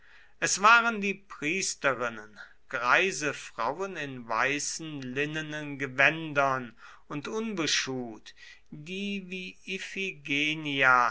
es waren die priesterinnen greise frauen in weißen linnenen gewändern und unbeschuht die wie